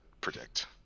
predict